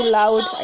loud